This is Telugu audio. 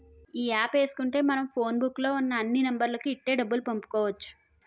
ఈ యాప్ ఏసుకుంటే మనం ఫోన్ బుక్కు లో ఉన్న అన్ని నెంబర్లకు ఇట్టే డబ్బులు పంపుకోవచ్చు